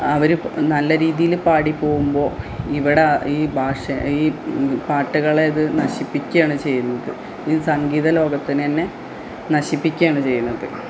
അവർ നല്ല രീതിയിൽ പാടി പോകുമ്പോൾ ഇവിടെ ഈ ഭാഷ ഈ പാട്ടുകളേത് നശിപ്പിക്കുകയാണ് ചെയ്യുന്നത് ഇത് സംഗീത ലോകത്തിൽ തന്നെ നശിപ്പിക്കുകയാണ് ചെയ്യണത്